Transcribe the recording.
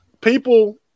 People